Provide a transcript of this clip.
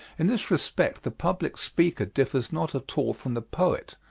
in this respect the public speaker differs not at all from the poet,